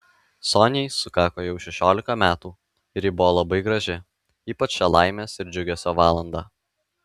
soniai sukako jau šešiolika metų ir ji buvo labai graži ypač šią laimės ir džiugesio valandą